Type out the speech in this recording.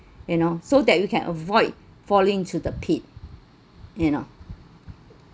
you know so that we can avoid falling to the pit you know